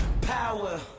power